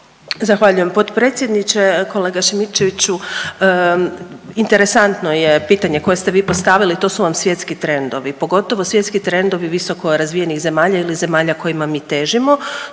Zahvaljujem potpredsjedniče. Kolega Šimičeviću interesantno je pitanje koje ste vi postavili, to su vam svjetski trendovi, pogotovo svjetski trendovi visokorazvijenih zemalja ili zemalja kojima mi težimo,